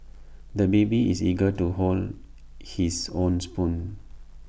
the baby is eager to hold his own spoon